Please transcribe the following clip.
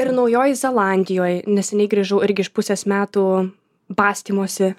ir naujoj zelandijoj neseniai grįžau irgi iš pusės metų bastymosi